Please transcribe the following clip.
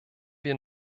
wir